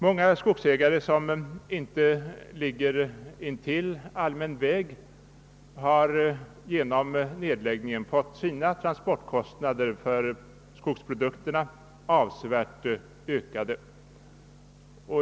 Många skogsägare som inte har sina marker liggande intill allmän väg har genom nedläggningen fått sina transportkostnader för skogsprodukterna avsevärt ökade.